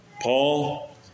Paul